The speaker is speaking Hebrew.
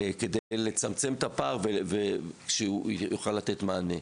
כדי לצמצם את הפער ושהוא יוכל לתת מענה.